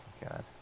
God